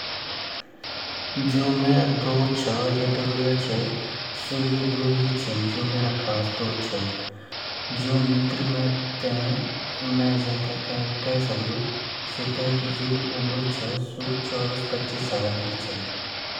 मया ता भोत दोस्त छिन ज़्यादा से ज़्यादा मेरा अपू से छोटा दोस्त मया वोना अर जन की मतलब बारह साल से लेकर अट्ठारह साल तक वेगा बाद मेते क्वे पसंद नि औंदा मेते बस यही उम्र तक पसंद औंदा बस।